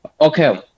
Okay